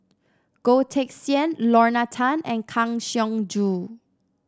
Goh Teck Sian Lorna Tan and Kang Siong Joo